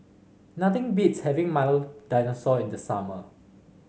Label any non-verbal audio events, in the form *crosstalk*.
nothing *noise* beats having Milo Dinosaur in the summer